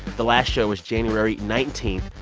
the last show is january nineteen,